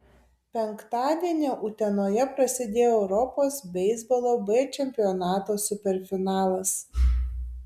penktadienį utenoje prasidėjo europos beisbolo b čempionato superfinalas